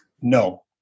No